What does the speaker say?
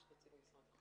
יש נציג ממשרד התחבורה.